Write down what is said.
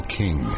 king